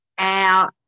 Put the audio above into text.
out